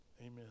Amen